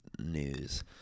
news